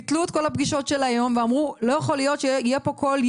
ביטלו את כל הפגישות של היום ואמרו: לא יכול להיות שכל ילד